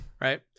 right